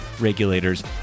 regulators